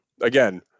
again